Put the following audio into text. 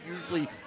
usually